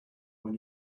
when